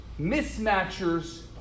Mismatchers